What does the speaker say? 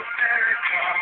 America